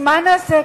כי מה נעשה?